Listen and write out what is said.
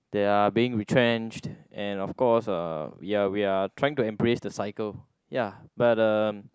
they are being retrenched and of course uh ya we are trying to embrace the cycle ya but uh